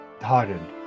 hardened